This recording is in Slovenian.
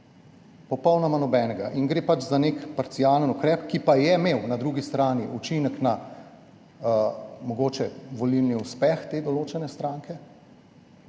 popolnoma nobenega. Gre pač za nek parcialen ukrep, ki pa je imel mogoče na drugi strani učinek na volilni uspeh te določene stranke